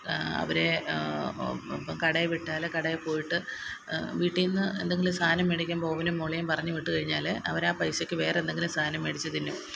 അവരെ കടയിൽ വിട്ടാല് കടയിൽ പോയിട്ട് വീട്ടിൽ നിന്ന് എന്തെങ്കിലും സാധനം മേടിക്കാൻ ബോബനും മോളിയും പറഞ്ഞ് വിട്ട് കഴിഞ്ഞാല് അവര് ആ പൈസക്ക് വേറെന്തെങ്കിലും സാധനം മേടിച്ച് തിന്നും